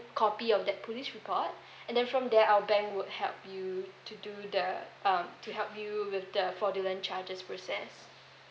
copy of that police record and then from there our bank would help you to do the um to help you with the fraudulent charges process